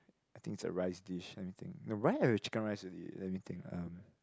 I think is a rice dish anything the rice or chicken rice already let me think um